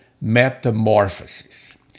metamorphosis